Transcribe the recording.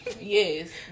Yes